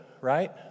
right